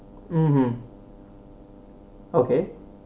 mmhmm okay